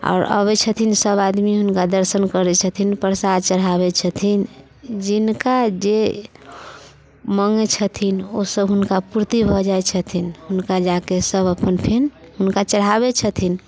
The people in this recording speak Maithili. आओर अबै छथिन सब आदमी हुनका दर्शन करै छथिन प्रसाद चढ़ाबै छथिन जिनका जे माँगै छथिन ओसब हुनका पूर्ति भऽ जाइ छथिन हुनका जाकऽ सब अपन फिर हुनका चढ़ाबै छथिन